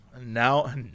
Now